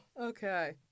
okay